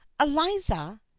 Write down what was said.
Eliza